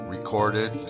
Recorded